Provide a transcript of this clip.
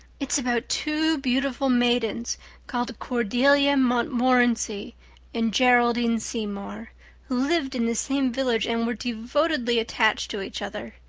it's about two beautiful maidens called cordelia montmorency and geraldine seymour who lived in the same village and were devotedly attached to each other.